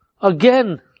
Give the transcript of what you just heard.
again